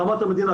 ברמת המדינה,